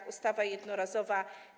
To ustawa jednorazowa.